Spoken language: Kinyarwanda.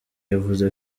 yavuze